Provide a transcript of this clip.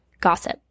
gossip